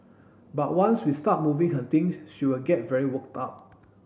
but once we start moving her things she will get very worked up